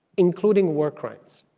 including war crimes,